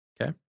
Okay